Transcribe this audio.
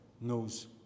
knows